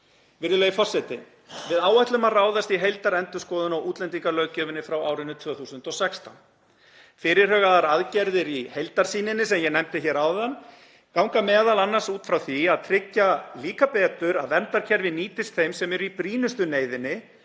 Virðulegi forseti. Við áætlum að ráðast í heildarendurskoðun á útlendingalöggjöfinni frá árinu 2016. Fyrirhugaðar aðgerðir í heildarsýninni sem ég nefndi hér áðan ganga m.a. út frá því að tryggja líka betur að verndarkerfi nýtist þeim sem eru í brýnustu neyðinni